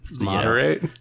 Moderate